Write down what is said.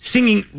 Singing